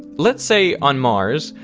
let's say on mars,